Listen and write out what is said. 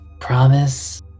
promise